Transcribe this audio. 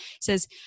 says